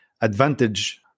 advantage